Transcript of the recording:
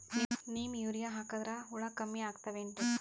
Neem urea ಹಾಕದ್ರ ಹುಳ ಕಮ್ಮಿ ಆಗತಾವೇನರಿ?